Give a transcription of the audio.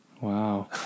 Wow